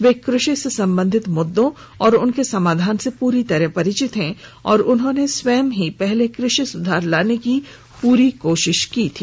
वे कृषि से संबंधित मुद्दों और उनके समाधान से पूरी तरह परिचित हैं और उन्होंने स्वयं ही पहले कृषि सुधार लाने की पूरी कोशिश की थी